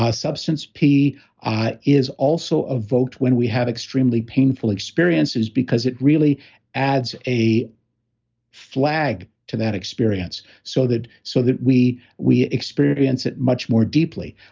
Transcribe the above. ah substance p is also evoked when we have extremely painful experiences because it really adds a flag to that experience, so that so that we we experience it much more deeply.